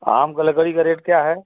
आम का लकड़ी का रेट क्या है